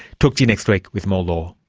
talk to you next week with more law